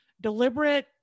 deliberate